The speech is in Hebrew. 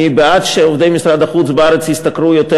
אני בעד שעובדי משרד החוץ בארץ ישתכרו יותר,